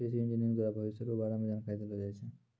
कृषि इंजीनियरिंग द्वारा भविष्य रो बारे मे जानकारी देलो जाय छै